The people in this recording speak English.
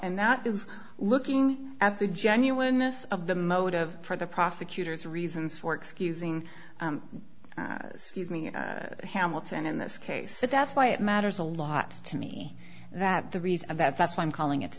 and that is looking at the genuineness of the motive for the prosecutor's reasons for excusing hamilton in this case but that's why it matters a lot to me that the reason that that's why i'm calling it